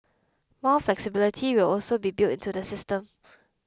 more flexibility will also be built into the system